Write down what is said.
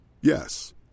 Yes